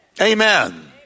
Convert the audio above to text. Amen